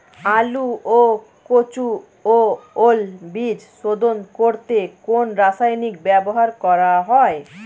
আলু ও কচু ও ওল বীজ শোধন করতে কোন রাসায়নিক ব্যবহার করা হয়?